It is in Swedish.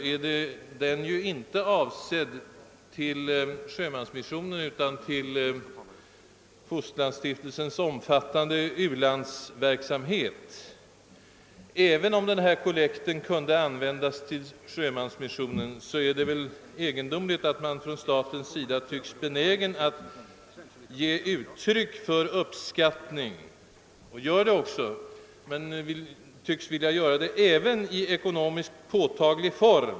Vad beträffar rikskollekten är den inte avsedd för sjömansmissionen utan för Fosterlandsstiftelsens u-landsverksamhet. Även om denna kollekt kunde användas till sjömansmissionen, är det väl egendomligt att man från statens sida tycks vara benägen att ge uttryck för uppskattning även i ekonomiskt på taglig form och samtidigt hänvisar till rikskollekten.